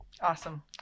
Awesome